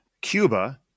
Cuba